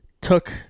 took